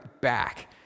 back